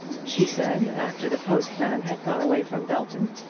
she said, after the postman had gone away from belton,